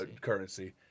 currency